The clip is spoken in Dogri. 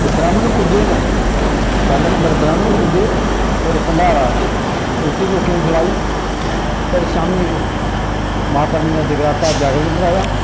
ते ब्रैह्मन पूजे में पैह्ले नंबर ब्रैह्मन पूजे फिर भंडारा रुट्टी लोकें गी खलाई फिर शाम्मीं माता रानी दा जगराता जागरण कराया